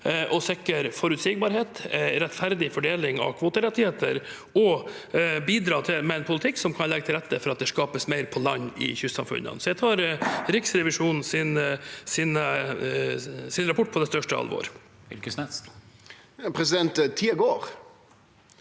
å sikre forutsigbarhet og en rettferdig fordeling av kvoterettigheter og å bidra med en politikk som kan legge til rette for at det skapes mer på land i kystsamfunnene. Jeg tar Riksrevisjonens rapport på det største alvor.